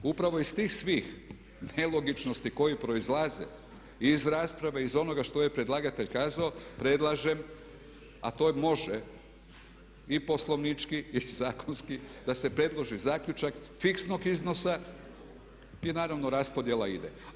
Upravo iz tih svih nelogičnosti koje proizlaze i iz rasprave i iz onoga što je predlagatelj kazao predlažem, a to može i poslovnički i zakonski, da se predloži zaključak fiksnog iznosa i naravno raspodjela ide.